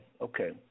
okay